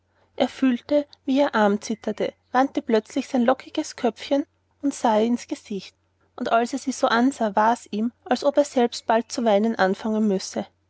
er fühlte wie ihr arm zitterte wandte plötzlich sein lockiges köpfchen und sah ihr ins gesicht und als er sie so ansah war's ihm als ob er selbst bald zu weinen anfangen müsse